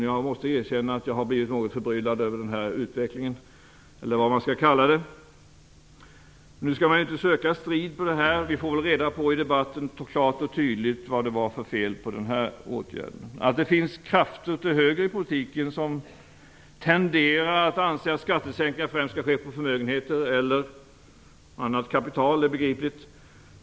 Jag måste erkänna att jag har blivit något förbryllad över denna utveckling eller vad man skall kalla det. Nu skall man inte söka strid i frågan. Vi får väl klart och tydligt reda på i debatten vad det var för fel på den här åtgärden. Att det finns krafter till höger i politiken som tenderar att anse att skattesänkningar främst skall ske på förmögenheter eller annat kapital är begripligt.